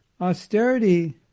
Austerity